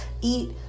eat